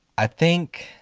i think,